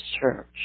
church